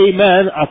amen